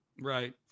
Right